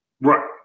Right